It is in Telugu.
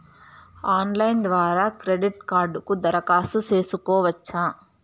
ఆన్లైన్ ద్వారా క్రెడిట్ కార్డుకు దరఖాస్తు సేసుకోవచ్చా?